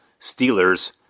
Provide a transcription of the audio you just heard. Steelers